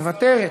מוותרת,